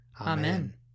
Amen